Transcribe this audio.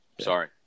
Sorry